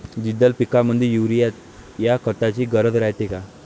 द्विदल पिकामंदी युरीया या खताची गरज रायते का?